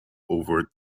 over